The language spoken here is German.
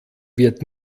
wird